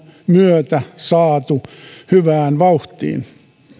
myötä saatu hyvään vauhtiin